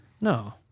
No